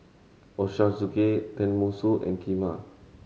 Ochazuke Tenmusu and Kheema